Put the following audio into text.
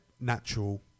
natural